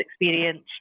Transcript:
experience